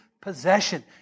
possession